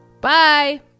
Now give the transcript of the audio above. Bye